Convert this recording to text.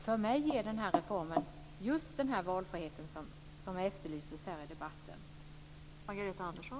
För mig innebär den här reformen just den valfrihet som efterlyses här i debatten.